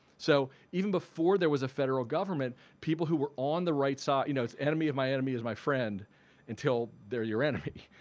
so even before there was a federal government people who were on the right side you know it's enemy of my enemy is my friend until they're your enemy.